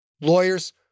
Lawyers